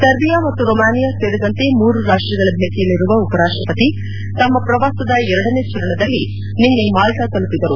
Serbia ಮತ್ತು Romania ಸೇರಿದಂತೆ ಮೂರು ರಾಷ್ಟಗಳ ಭೇಟಿಯಲ್ಲಿರುವ ಉಪರಾಷ್ಟಪತಿ ತಮ್ಮ ಪ್ರವಾಸದ ಎರಡನೇ ಚರಣದಲ್ಲಿ ನಿನ್ನೆ ಮಾಲ್ಲಾ ತಲುಪಿದರು